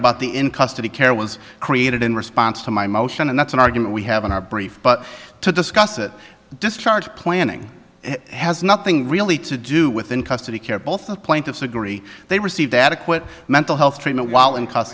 about the in custody care was created in response to my motion and that's an argument we have in our brief but to discuss that discharge planning has nothing really to do with in custody care both the plaintiffs agree they received adequate mental health treatment while in cust